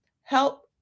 help